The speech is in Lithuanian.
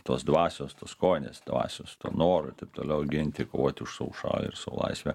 tos dvasios tos kovinės dvasios to noro ir taip toliau ginti ir kovoti už savo šalį ir savo laisvę